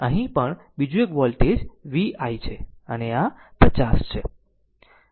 અહીં પણ બીજું એક વોલ્ટેજ Vi છે અને આ 50 છે